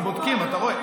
הם בודקים, אתה רואה.